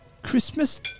Christmas